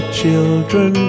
children